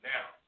Now